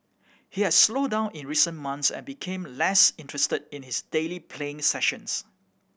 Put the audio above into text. he had slowed down in recent months and became less interested in his daily playing sessions